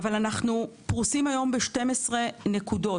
אנחנו פרוסים היום ב-12 נקודות.